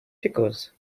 pickles